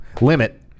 limit